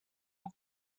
have